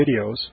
videos